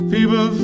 People